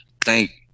thank